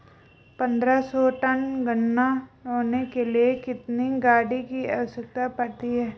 पन्द्रह सौ टन गन्ना ढोने के लिए कितनी गाड़ी की आवश्यकता पड़ती है?